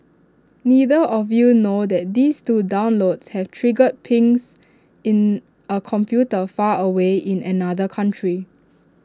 neither of you know that these two downloads have triggered pings in A computer far away in another country